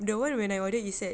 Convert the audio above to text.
the one when I order it's at